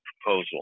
proposal